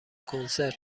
کنسرت